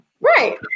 right